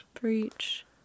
breach